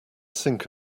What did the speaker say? sink